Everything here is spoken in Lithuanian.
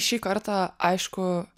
šį kartą aišku